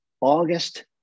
August